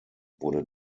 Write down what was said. wurde